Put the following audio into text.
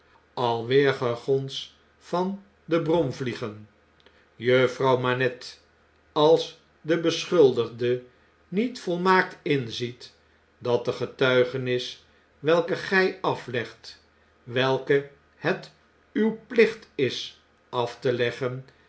alweer gegons van de bromvliegen juffrouw manette als de beschuldigde niet volmaakt inziet dat de getuigenis welke gg aflegt welke het uw piicht is at te leggen